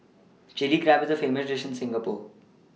Chilli Crab is a famous dish in Singapore